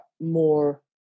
more